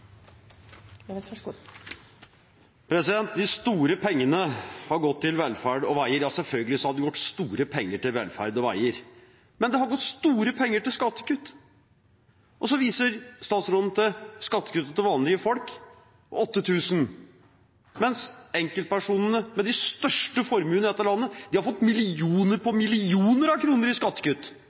De store pengene har gått til velferd og veier. Ja, selvfølgelig har det gått store penger til velferd og veier, men det har gått store penger til skattekutt. Statsråden viser til skattekuttene til vanlige folk – 8 000 kr – mens enkeltpersonene med de største formuene her i landet har fått millioner på millioner av kroner i skattekutt